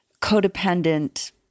codependent